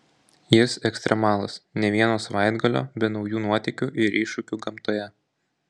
jis ekstremalas nė vieno savaitgalio be naujų nuotykių ir iššūkių gamtoje